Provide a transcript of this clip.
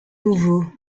nouveaux